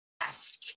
ask